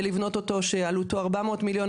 לבנות אותו שעלותו ארבע מאות מיליון,